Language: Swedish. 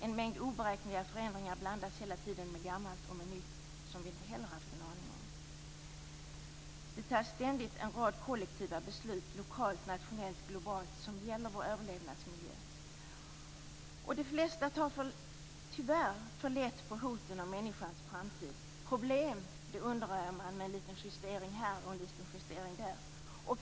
En mängd oberäkneliga förändringar blandas hela tiden med gammalt och nytt som vi inte heller haft en aning om. Det fattas ständigt en rad kollektiva beslut lokalt, nationellt, globalt som gäller vår överlevnadsmiljö. De flesta tar tyvärr för lätt på hoten om människans framtid. Problem undanröjer man med en liten justering här och en liten justering där.